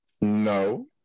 No